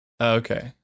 Okay